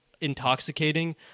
intoxicating